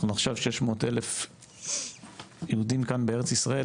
אנחנו עכשיו 600 אלף יהודים כאן בארץ-ישראל,